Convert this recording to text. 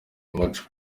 umuco